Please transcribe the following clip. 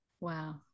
Wow